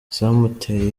zamuteye